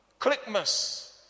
Clickmas